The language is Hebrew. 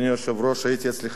הייתי אצלך במשרד,